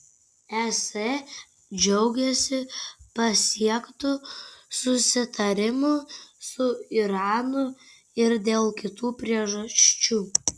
es džiaugiasi pasiektu susitarimu su iranu ir dėl kitų priežasčių